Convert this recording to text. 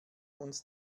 uns